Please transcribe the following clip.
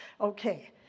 okay